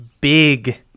big